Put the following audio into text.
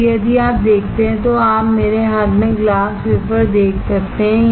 अब यदि आप देखते हैं तो आप मेरे हाथ में ग्लास वेफर देख सकते हैं